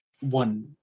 one